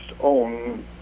own